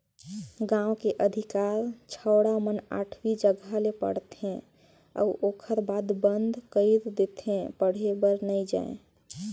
गांव के अधिकार छौड़ा मन आठवी जघा ले पढ़थे अउ ओखर बाद बंद कइर देथे पढ़े बर नइ जायें